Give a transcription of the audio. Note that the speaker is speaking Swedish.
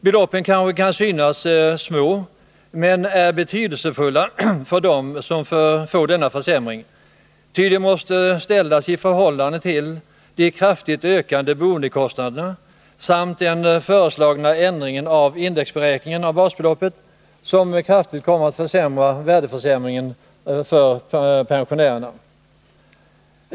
Beloppen kan kanske synas små men är betydelsefulla för dem som drabbas av denna försämring, eftersom de måste ställas i förhållande till de kraftigt ökande boendekostnaderna samt den föreslagna ändringen av indexberäkningen av basbeloppet, som kommer att kraftigt försämra värdesäkringen för pensionärerna.